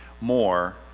more